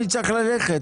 אני צריך ללכת.